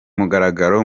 mugaragaro